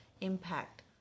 impact